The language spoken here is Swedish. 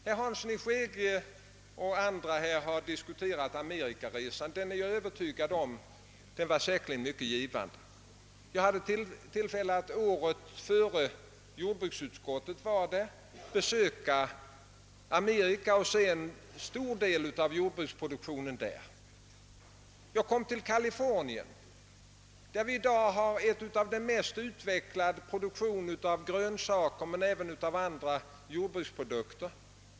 Herr Hansson i Skegrie och andra talare har diskuterat amerikaresan, och jag är övertygad om att den var myc ket givande. Jag hade tillfälle att året innan jordbruksutskottet var där besöka Förenta staterna och se en stor del av jordbruksproduktionen. Jag kom till Kalifornien, som i dag är ett av de mest utvecklade områdena för produktion av grönsaker och andra jordbruksprodukter.